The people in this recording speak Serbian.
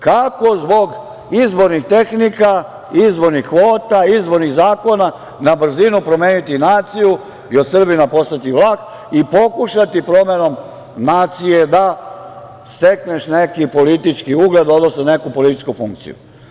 Kako zbog izbornih tehnika, izbornih kvota, izbornih zakona na brzinu promeniti naciju i od Srbina postati Vlah i pokušati promenom nacije da stekneš neki politički ugled, odnosno neku političku funkciju.